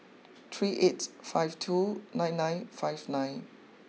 three eight five two nine nine five nine